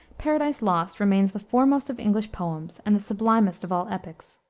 paradise lost remains the foremost of english poems and the sublimest of all epics.